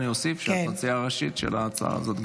-- שאת מציעה ראשית של ההצעה הזאת.